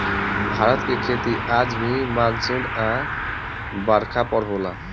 भारत के खेती आज भी मानसून आ बरखा पर होला